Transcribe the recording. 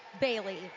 bailey